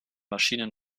maschinen